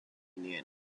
nanny